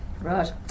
Right